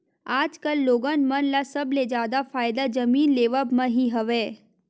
आजकल लोगन मन ल सबले जादा फायदा जमीन लेवब म ही हवय